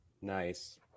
Nice